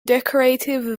decorative